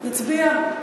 נצביע.